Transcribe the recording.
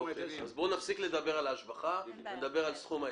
בואו נפסיק לדבר על ההשבחה ונדבר על סכום ההיטל.